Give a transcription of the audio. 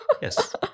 yes